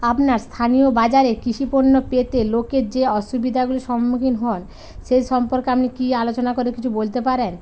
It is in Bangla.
আপনার স্থানীয় বাজারে কৃষিপণ্য পেতে লোকের যে অসুবিধাগুলি সম্মুখীন হন সেই সম্পর্কে আপনি কি আলোচনা করে কিছু বলতে পারেন